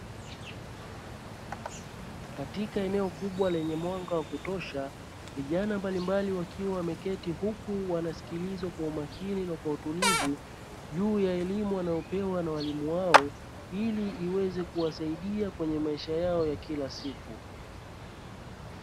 Katika eneo kubwa lenye mwanga wa kutosha, vijana mbalimbali wakiwa wameketi huku wanasikiliza kwa umakini na kwa utulivu juu ya elimu wanayopewa na walimu wao ili iweze kuwasaida kwenye maisha yao ya kila siku.